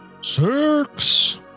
Six